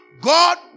God